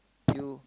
you